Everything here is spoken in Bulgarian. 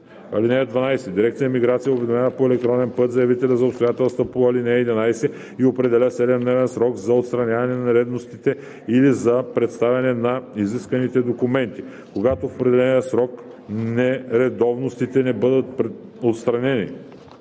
(12) Дирекция „Миграция“ уведомява по електронен път заявителя за обстоятелствата по ал. 11 и определя 7-дневен срок за отстраняването на нередовностите или за представяне на изискваните документи. Когато в определения срок нередовностите не бъдат отстранени